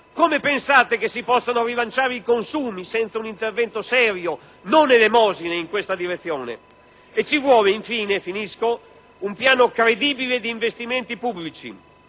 Come pensate che si possano rilanciare i consumi senza un intervento serio, non elemosine, in questa direzione? Ci vuole, infine, un piano credibile di investimenti pubblici,